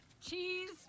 Cheese